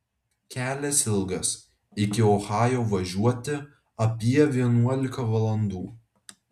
kelias ilgas iki ohajo važiuoti apie vienuolika valandų